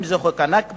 אם זה חוק ה"נכבה",